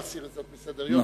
להסיר את ההצעה מסדר-היום.